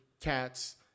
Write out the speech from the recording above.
cats